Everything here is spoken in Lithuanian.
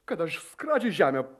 kad aš skradžiai žemę